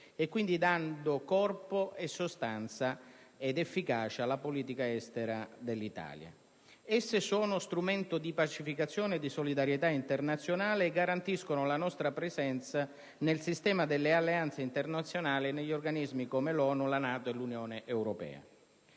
e quindi dando corpo, sostanza ed efficacia alla politica estera dell'Italia. Esse sono strumento di pacificazione e di solidarietà internazionale e garantiscono la nostra presenza nel sistema delle alleanze internazionali e negli organismi come l'ONU, la NATO e l'Unione europea.